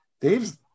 Dave's